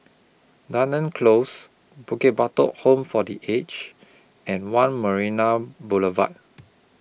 Dunearn Close Bukit Batok Home For The Aged and one Marina Boulevard